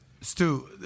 Stu